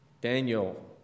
Daniel